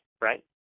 right